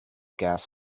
gas